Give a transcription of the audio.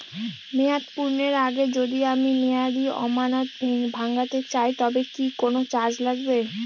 মেয়াদ পূর্ণের আগে যদি আমি মেয়াদি আমানত ভাঙাতে চাই তবে কি কোন চার্জ লাগবে?